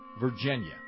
Virginia